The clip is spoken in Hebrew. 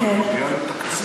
אם את מביאה את התקציב,